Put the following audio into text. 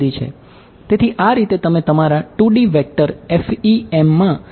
તેથી આ રીતે તમે તમારા 2D વેક્ટર FEM માં સમીકરણ ની સિસ્ટમ બનાવશો